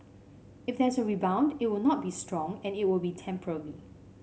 if there's a rebound it'll not be strong and it'll be temporary